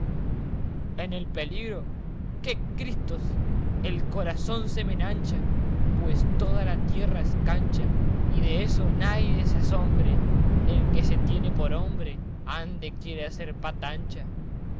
en el peligro qué cristos el corazón se me enancha pues toda la tierra es cancha y de eso naides se asombre el que se tiene por hombre ande quiere hace pata ancha